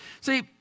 See